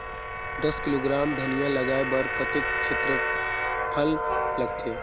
दस किलोग्राम धनिया लगाय बर कतेक क्षेत्रफल लगथे?